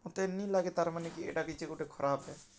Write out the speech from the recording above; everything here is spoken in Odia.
ମତେ ନି ଲାଗେ ତାର୍ମାନେ କି ଇ'ଟା କିଛି ଗୁଟେ ଖରାପ୍ ଆଏ